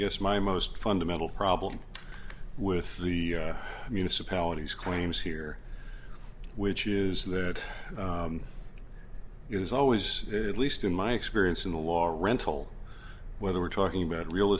yes my most fundamental problem with the municipalities claims here which is that it is always at least in my experience in the law rental whether we're talking about real